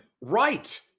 Right